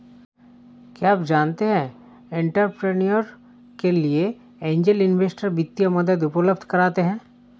क्या आप जानते है एंटरप्रेन्योर के लिए ऐंजल इन्वेस्टर वित्तीय मदद उपलब्ध कराते हैं?